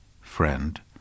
friend